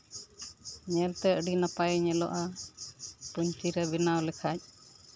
ᱧᱮᱞᱛᱮ ᱟᱹᱰᱤ ᱱᱟᱯᱟᱭᱮ ᱧᱮᱞᱚᱜᱼᱟ ᱯᱟᱹᱧᱪᱤ ᱨᱮ ᱵᱮᱱᱟᱣ ᱞᱮᱠᱷᱟᱱ